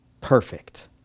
perfect